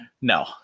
No